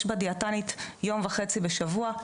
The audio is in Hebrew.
יש בה דיאטנית יום וחצי בשבוע,